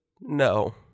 no